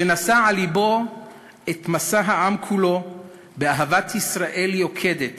שנשא על לבו את משא העם כולו באהבת ישראל יוקדת